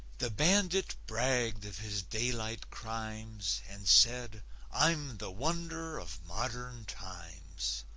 the bandit bragged of his daylight crimes and said i'm the wonder of modern times.